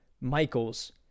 Michael's